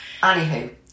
Anywho